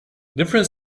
different